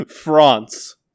France